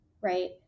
right